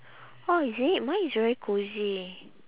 orh is it mine is very cosy